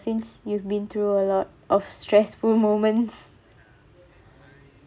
since you've been through a lot of stressful moments